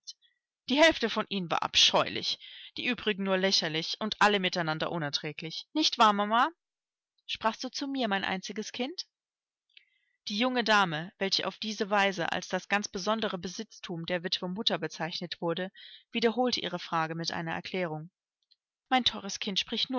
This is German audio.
die hälfte von ihnen waren abscheulich die übrigen nur lächerlich und alle miteinander unerträglich nicht wahr mama sprachst du zu mir mein einziges kind die junge dame welche auf diese weise als das ganz besondere besitztum der witwe mutter bezeichnet wurde wiederholte ihre frage mit einer erklärung mein teures kind